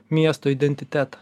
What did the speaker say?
miesto identitetą